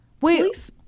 Wait